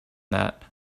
that